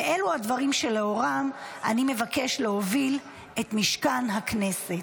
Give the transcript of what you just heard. ואלו הדברים שלאורם אני מבקש להוביל את משכן הכנסת.